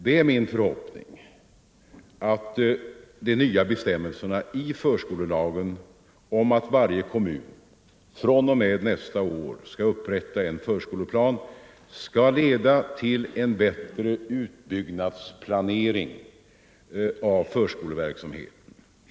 Det är min förhoppning att de nya bestämmelserna i förskolelagen om att varje kommun fr.o.m. nästa år skall upprätta en förskoleplan skall leda till en bättre utbyggnadsplanering av förskoleverksamheten.